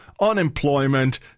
unemployment